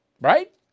right